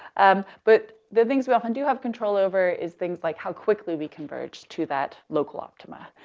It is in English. um, but the things we often do have control over is things like how quickly we converge to that local optima.